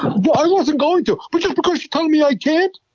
well, i wasn't going to, but just because you told me i can't,